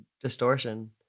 distortion